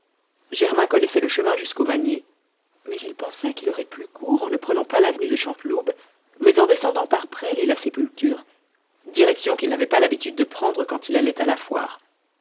germain connaissait le chemin jusqu'au magnier mais il pensa qu'il aurait plus court en ne prenant pas l'avenue de chanteloube mais en descendant par presles et la sépulture direction qu'il n'avait pas l'habitude de prendre quand il allait à la foire